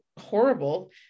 horrible